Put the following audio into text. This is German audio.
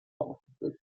aufgeführt